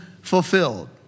fulfilled